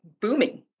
booming